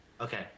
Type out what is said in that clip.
Okay